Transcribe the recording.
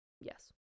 Yes